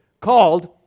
called